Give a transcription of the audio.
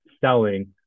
selling